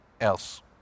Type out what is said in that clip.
else